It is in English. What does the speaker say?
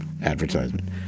Advertisement